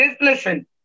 listen